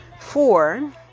four